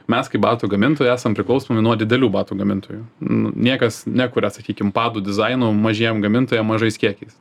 mes kaip batų gamintojai esam priklausomi nuo didelių batų gamintojų nu niekas nekuria sakykim padų dizaino mažiem gamintojam mažais kiekiais